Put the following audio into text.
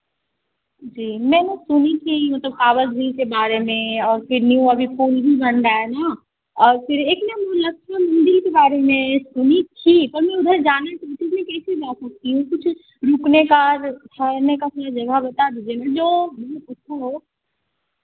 जी मैंने सुनी थी मतलब आवा झील के बारे में और फिर न्यू अभी पुल भी बन रहा है ना और फिर एक ना नौलखा मंदिर के बारे में सुनी थी पर मैं उधर जाना चाहती थी कैसे जा सकती हूँ कुछ रुकने का और ठहरने का कोई जगह बता दीजिए ना जो मतलब अच्छा हो